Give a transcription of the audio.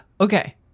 Okay